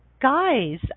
guys